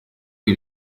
ibi